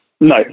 no